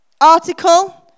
article